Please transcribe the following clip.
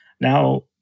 Now